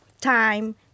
time